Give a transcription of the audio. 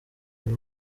uri